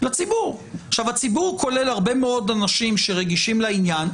הציבור כולל הרבה מאוד אנשים שרגישים לעניין,